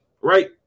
right